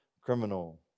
criminal